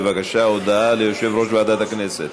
בבקשה, הודעה ליושב-ראש ועדת הכנסת.